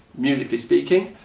musically speaking.